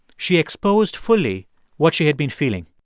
she exposed fully what she had been feeling.